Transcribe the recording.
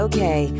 Okay